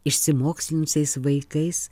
išsimokslinusiais vaikais